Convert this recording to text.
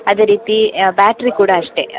ಅದೇ ರೀತಿ ಬ್ಯಾಟ್ರಿ ಕೂಡ ಅಷ್ಟೆ